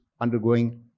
undergoing